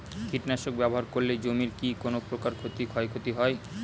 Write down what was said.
কীটনাশক ব্যাবহার করলে জমির কী কোন প্রকার ক্ষয় ক্ষতি হয়?